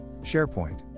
sharepoint